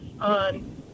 on